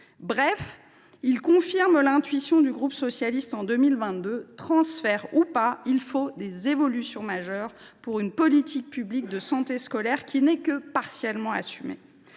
Bref, il confirme l’intuition que le groupe socialiste avait eue en 2022 : transfert ou pas, il faut des « évolutions majeures » pour une « politique publique de santé scolaire qui n’est que partiellement assumée